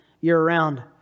year-round